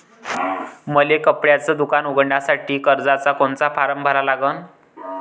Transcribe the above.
मले कपड्याच दुकान उघडासाठी कर्जाचा कोनचा फारम भरा लागन?